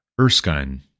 Erskine